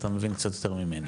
אתה מבין קצת יותר ממני.